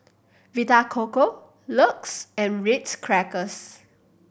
Vita Coco LUX and Ritz Crackers